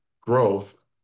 growth